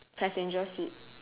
passenger seat